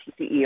CEO